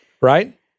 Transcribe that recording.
Right